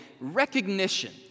recognition